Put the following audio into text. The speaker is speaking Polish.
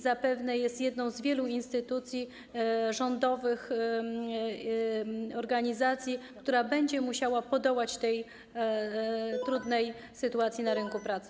Zapewne jest jedną z wielu instytucji rządowych, organizacji, które będą musiały podołać tej trudnej sytuacji na rynku pracy.